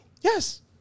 Yes